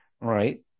right